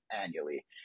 annually